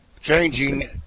changing